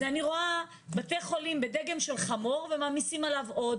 אני רואה בתי חולים בדגם של חמור ומעמיסים עליו עוד